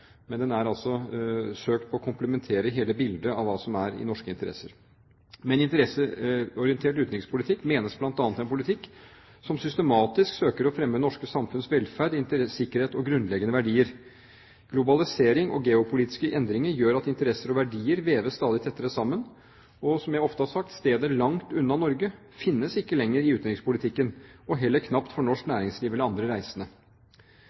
men den er søkt å komplettere hele bildet av hva som er i norske interesser. Med en interesseorientert utenrikspolitikk menes bl.a. en politikk som systematisk søker å fremme det norske samfunnets velferd, sikkerhet og grunnleggende verdier. Globalisering og geopolitiske endringer gjør at interesser og verdier veves stadig tettere sammen, og – som jeg ofte har sagt – stedet «langt unna Norge» finnes ikke lenger i utenrikspolitikken, og heller knapt for norsk næringsliv eller andre reisende.